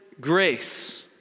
grace